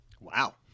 Wow